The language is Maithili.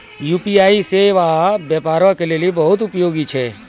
यू.पी.आई सेबा व्यापारो के लेली बहुते उपयोगी छै